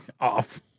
Off